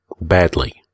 badly